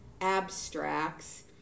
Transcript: abstracts